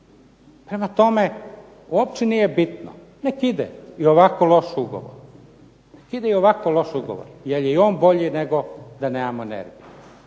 Prema tome, uopće nije bitno, nek ide i ovako loš ugovor. Nek ide i ovako loš ugovor, jer je i on bolji nego da nemamo …/Ne